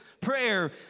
Prayer